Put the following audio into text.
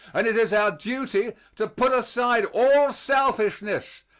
and it is our duty to put aside all selfishness,